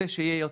היום